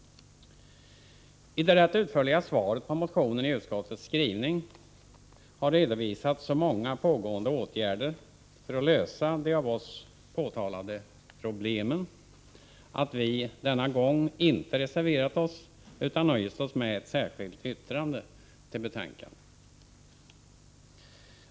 I det rätt utförliga svaret på motionen i utskottets skrivning har redovisats så många pågående åtgärder för att lösa de av oss påtalade problemen att vi denna gång inte reserverat oss utan nöjt oss med ett särskilt yttrande till betänkandet.